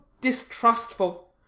distrustful